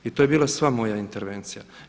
I to je bila sva moja intervencija.